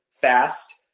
fast